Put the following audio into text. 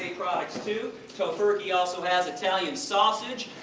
products, too. tofurky also has italian sausage,